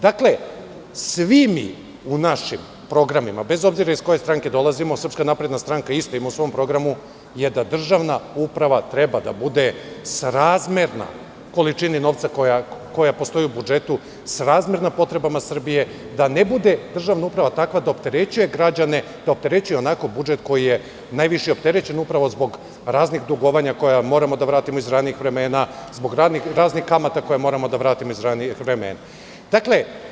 Dakle, svi mi u naši programima, bez obzira iz koje stranke dolazimo, SNS isto ima u svom programu, je da državna uprava treba da bude srazmerna količini novca koja postoji u budžetu, srazmerama potrebama Srbije, da ne bude državna uprava takva da opterećuje građane, da opterećuje onako budžet koji je najviše opterećen, upravo zbog raznih dugovanja koja moramo da vratimo iz ranijih vremena, zbog raznih kamata koje moramo da vratimo iz ranijih vremena.